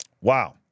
Wow